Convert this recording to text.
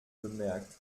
bemerkt